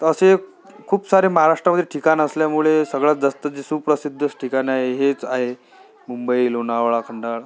तर असे खूप सारे महाराष्ट्रामध्ये ठिकाण असल्यामुळे सगळ्यात जास्त जे सुप्रसिद्ध ठिकाण आहे हेच आहे मुंबई लोणावळा खंडाळा